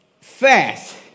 fast